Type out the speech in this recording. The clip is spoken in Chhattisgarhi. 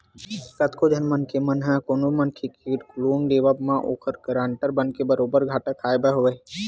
कतको झन मनखे मन ह कोनो मनखे के लोन लेवब म ओखर गारंटर बनके बरोबर घाटा खाय हवय